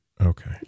Okay